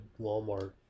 Walmart